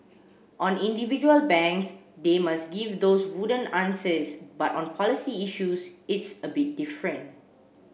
on individual banks they must give those wooden answers but on policy issues it's a bit different